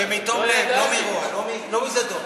זה מתום לב, לא מרוע, לא מזדון.